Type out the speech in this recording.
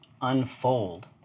unfold